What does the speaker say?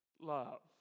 love